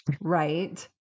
Right